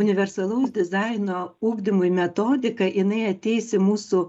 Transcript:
universalaus dizaino ugdymui metodika jinai ateis į mūsų